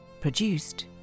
Produced